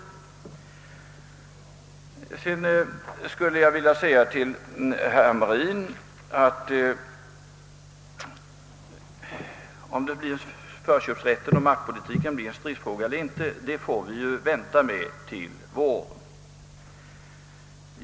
Till herr Hamrin i Kalmar vill jag säga, att vi får vänta till våren och se, huruvida frågan om förköpsrätten och markpolitiken blir en stridsfråga eller inte.